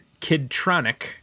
Kidtronic